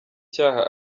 cyaha